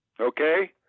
Okay